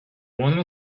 one